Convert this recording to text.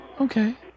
okay